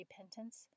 repentance